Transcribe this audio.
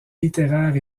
littéraire